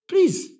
Please